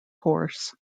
horse